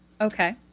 Okay